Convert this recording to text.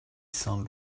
saint